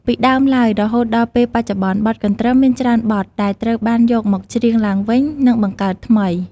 ឧទាហរណ៍ដូចជាបទ កន្ទ្រឹមឆ្នាំថ្មី រាំកន្ទ្រឹមបុកល្ហុង កន្ទ្រឹមសារ៉ាវ៉ាន់ជាដើម។